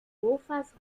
mofas